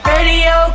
Radio